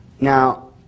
Now